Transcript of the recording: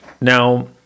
Now